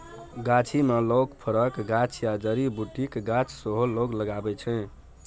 गाछी मे लोक फरक गाछ या जड़ी बुटीक गाछ सेहो लगबै छै